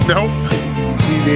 Nope